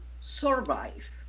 survive